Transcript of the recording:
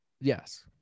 Yes